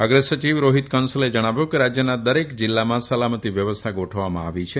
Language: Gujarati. અગ્ર સચિવ રોહિત કંસલે જણાવ્યું કે રાજ્યના દરેક જિલ્લાઓમાં સલામતી વ્યવસ્થા ગોઠવવામાં આવી હતી